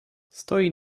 stojí